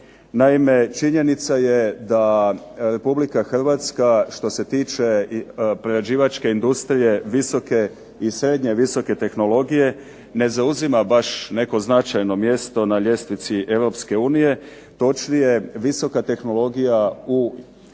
Naime, činjenica je da RH što se tiče prerađivačke industrije, visoke i srednje visoke tehnologije, ne zauzima baš neko značajno mjesto na ljestvici EU. Točnije, visoka tehnologija u